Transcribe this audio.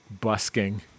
busking